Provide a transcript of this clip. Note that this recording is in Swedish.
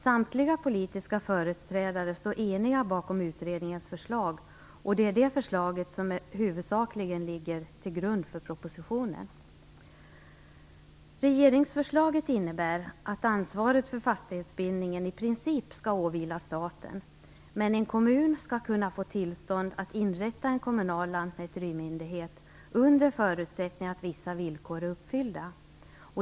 Samtliga politiska företrädare står eniga bakom utredningens förslag, och det är det förslaget som huvudsakligen ligger till grund för propositionen. Regeringsförslaget innebär att ansvaret för fastighetsbildningen i princip skall åvila staten, men en kommun skall kunna få tillstånd att inrätta en kommunal lantmäterimyndighet under förutsättning att vissa villkor är uppfyllda.